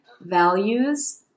values